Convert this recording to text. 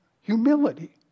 humility